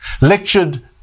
lectured